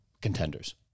contenders